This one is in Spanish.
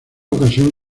ocasión